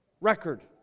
record